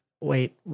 wait